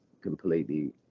completely